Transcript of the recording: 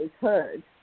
heard